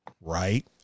right